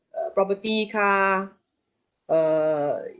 uh property car err